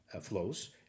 flows